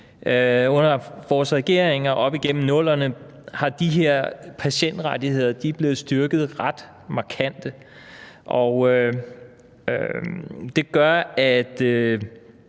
Under vores regeringer op igennem 00'erne er de her patientrettigheder blevet styrket ret markant, og det gør, at